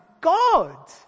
God